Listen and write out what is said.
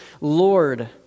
Lord